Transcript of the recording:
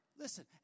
Listen